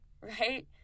right